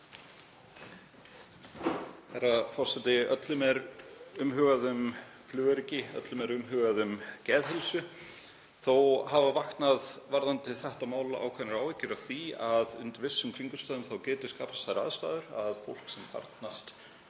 Herra forseti. Öllum er umhugað um flugöryggi. Öllum er umhugað um geðheilsu. Þó hafa vaknað varðandi þetta mál ákveðnar áhyggjur af því að undir vissum kringumstæðum geti skapast þær aðstæður að fólk sem þarfnast